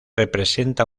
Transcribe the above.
representa